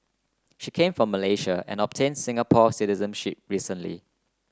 she came from Malaysia and obtained Singapore citizenship recently